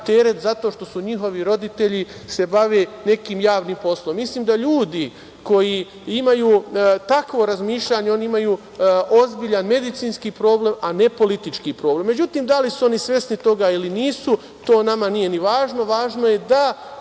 teret zato što se njihovi roditelji bave nekim javnim poslom. Mislim da ljudi koji imaju takvo razmišljanje, oni imaju ozbiljan medicinski problem, a ne politički problem.Međutim, da li su oni svesni toga ili nisu to nama nije ni važno, važno je da